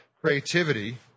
creativity